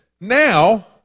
Now